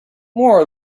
more